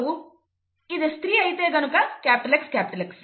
ఇది స్త్రీ అయితే గనుక XX